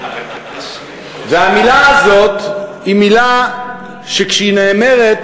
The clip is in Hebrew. והמילה הזאת היא מילה שכשהיא נאמרת